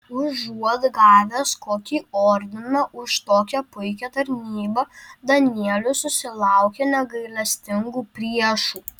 užuot gavęs kokį ordiną už tokią puikią tarnybą danielius susilaukia negailestingų priešų